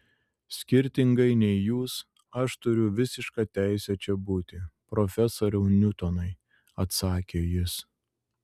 skirtingai nei jūs aš turiu visišką teisę čia būti profesoriau niutonai atsakė jis